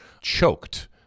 choked